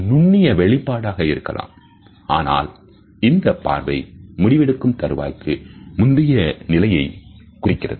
அது நுண்ணிய வெளிப்பாடாக இருக்கலாம் ஆனால் இந்த பார்வை முடிவெடுக்கும் தருவாய்க்கு முந்தைய நிலையை குறிக்கும்